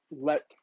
let